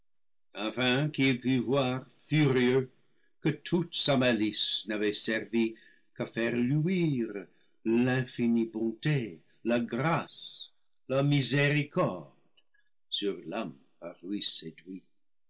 furieux que toute sa malice n'avait servi qu'à faire luire l'infinie bonté la grâce la miséricorde sur l'homme par lui séduit